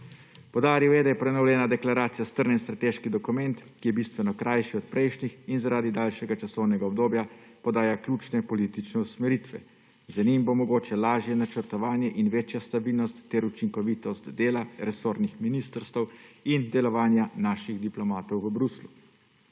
Poudaril je, da je prenovljena deklaracija strnjen strateški dokument, ki je bistveno krajši od prejšnjih in zaradi daljšega časovnega obdobja podaja ključne politične usmeritve. Z njim bodo mogoči lažje načrtovanje in večja stabilnost ter učinkovitost dela resornih ministrstev in delovanja naših diplomatov v Bruslju.